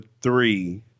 three